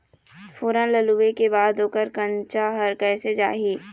फोरन ला लुए के बाद ओकर कंनचा हर कैसे जाही?